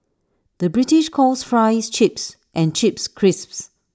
the British calls Fries Chips and Chips Crisps